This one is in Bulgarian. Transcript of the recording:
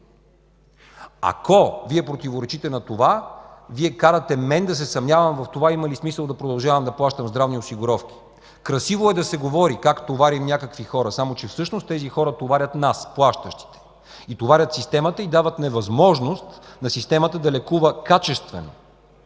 Ако Вие противоречите на това, Вие карате мен да се съмнявам в това има ли смисъл да продължавам да плащам здравни осигуровки. Красиво е да се говори как товарим някакви хора, само че всъщност тези хора товарят нас, плащащите и системата, и дават невъзможност на системата да лекува качествено.